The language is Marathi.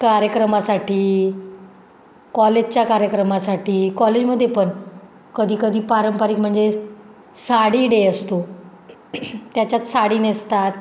कार्यक्रमासाठी कॉलेजच्या कार्यक्रमासाठी कॉलेजमध्ये पण कधीकधी पारंपरिक म्हणजे साडी डे असतो त्याच्यात साडी नेसतात